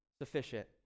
sufficient